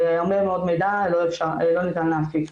ואומר 'עוד מידע לא ניתן להפיק'.